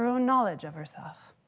own knowledge of herself.